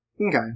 okay